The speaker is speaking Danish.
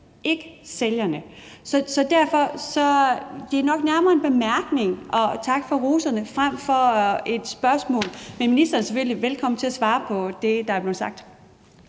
ikke sælgerne. Så det her er nok nærmere en bemærkning – og tak for roserne – frem for et spørgsmål. Men ministeren er selvfølgelig velkommen til at svare på det, der her er blevet sagt.